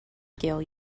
scale